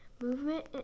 Movement